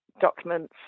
documents